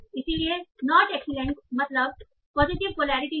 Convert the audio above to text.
इसलिएनॉट excellent मतलब positive polarity है